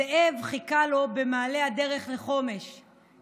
זאב חיכה לו במעלה הדרך לחומש,